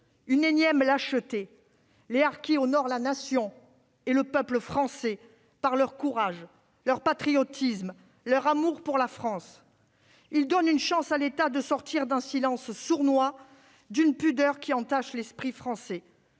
une énième lâcheté. Les harkis honorent la Nation et le peuple français par leur courage, par leur patriotisme, par leur amour de la France. Ils donnent une chance à l'État de sortir d'un silence sournois, d'une pudeur qui entache l'esprit français.